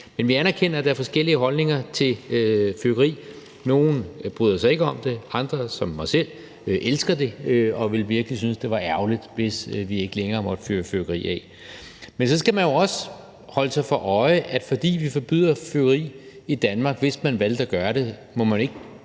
Men vi anerkender, at der er forskellige holdninger til fyrværkeri. Nogle bryder sig ikke om det, mens andre som mig selv elsker det og virkelig ville synes, det vil være ærgerligt, hvis vi ikke længere må fyre fyrværkeri af. Men så skal man jo også holde sig for øje, at bare fordi vi forbyder fyrværkeri i Danmark, hvis vi valgte at gøre det, skal man ikke